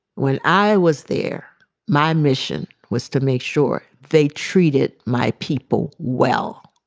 when i was there my mission was to make sure they treated my people well.